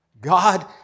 God